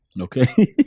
okay